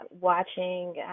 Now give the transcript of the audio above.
watching